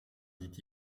dit